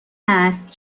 است